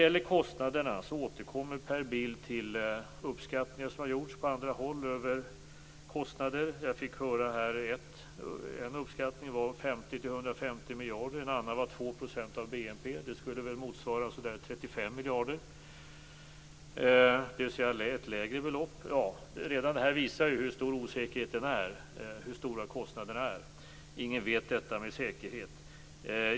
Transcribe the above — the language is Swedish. Per Bill återkommer till uppskattningar av kostnaderna som har gjorts på andra håll. En uppskattning var 50-150 miljarder. En annan var 2 % av BNP, vilket skulle motsvara ungefär 35 miljarder, dvs. ett lägre belopp. Redan dessa siffror visar hur stor osäkerheten om kostnadernas storlek är. Ingen vet med säkerhet.